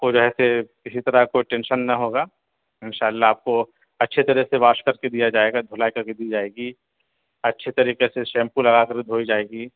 آپ کو جو ہے سے کسی طرح کا کوئی ٹینشن نہ ہوگا انشاء اللہ آپ کو اچھے طرح سے واش کر کے دیا جائے گا دھلائی کر کے دی جائے گی اچھے طریقے سے شیمپو لگا کر دھوئی جائے گی